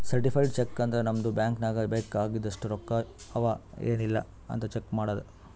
certified cheque ಅಂದುರ್ ನಮ್ದು bank ನಾಗ್ ಬೇಕ್ ಆಗಿದಷ್ಟು ರೊಕ್ಕಾ ಅವಾ ಎನ್ ಇಲ್ಲ್ ಅಂತ್ ಚೆಕ್ ಮಾಡದ್